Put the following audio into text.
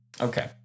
Okay